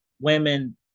women